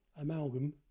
amalgam